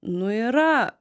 nu yra